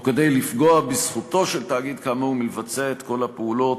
או כדי לפגוע בזכותו של תאגיד כאמור מלבצע את כל הפעולות